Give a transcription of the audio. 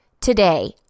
Today